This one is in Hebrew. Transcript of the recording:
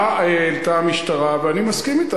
מה העלתה המשטרה, ואני מסכים אתה.